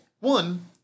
one